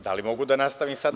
Da li mogu da nastavim sada.